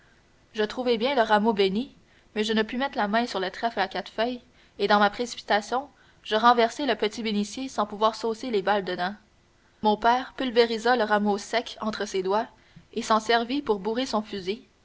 je trouvai bien le rameau bénit mais je ne pus mettre la main sur le trèfle à quatre feuilles et dans ma précipitation je renversai le petit bénitier sans pouvoir saucer les balles dedans mon père pulvérisa le rameau sec entre ses doigts et s'en servit pour bourrer son fusil